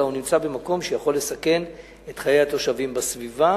אלא הוא נמצא במקום שבו הוא יכול לסכן את חיי התושבים בסביבה.